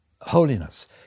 holiness